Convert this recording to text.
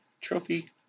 trophy